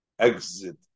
exit